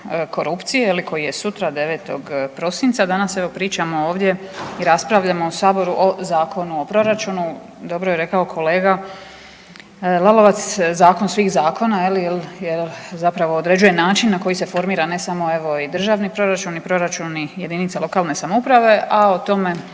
korupcije je li koji je sutra 9. prosinca, danas evo pričamo ovdje i raspravljamo u saboru o Zakonu o proračunu. Dobro je rekao kolega Lalovac, zakon svih zakona je li jer zapravo određuje način na koji se formira ne samo evo i državni proračuni i proračuni jedinica lokalne samouprave, a o tome